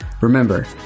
Remember